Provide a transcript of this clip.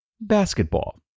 Basketball